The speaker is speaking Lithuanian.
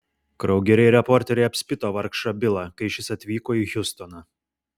kraugeriai reporteriai apspito vargšą bilą kai šis atvyko į hjustoną